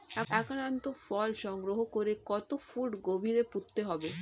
আক্রান্ত ফল সংগ্রহ করে কত ফুট গভীরে পুঁততে হবে?